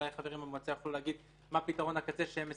אולי חברים במועצה יוכלו להגיד מה פתרון הקצה שהם מספקים.